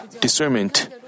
discernment